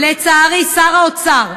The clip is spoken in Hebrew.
שר האוצר.